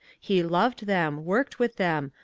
he loved them, worked with them,